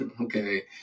okay